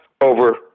over